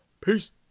Peace